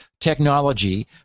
technology